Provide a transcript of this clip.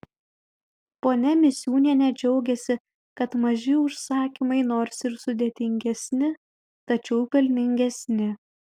ponia misiūnienė džiaugiasi kad maži užsakymai nors ir sudėtingesni tačiau pelningesni